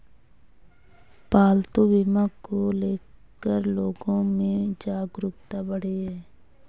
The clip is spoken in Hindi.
पालतू बीमा को ले कर लोगो में जागरूकता बढ़ी है